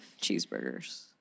Cheeseburgers